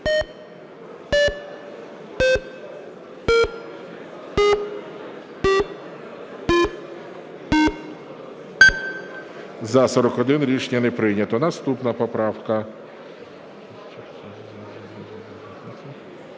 За-41 Рішення не прийнято. Наступна поправка